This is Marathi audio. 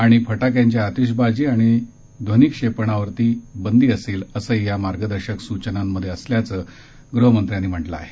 तसंचं फटाक्यांची आतिषबाजी आणि ध्वनीक्षेपणास बंदी असेल असंही या मार्गदर्शक सूचनांमध्ये असल्याचं गृहमंत्र्यांनी म्हटलं आहे